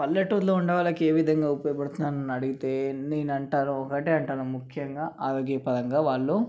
పల్లెటూరిలో ఉన్నవాళ్ళకి ఏ విధంగా ఉపయోగ పడుతుందని నన్ను అడిగితే నేను అంటాను ఒకటే అంటాను ముఖ్యంగా ఆరోగ్యపరంగా వాళ్ళు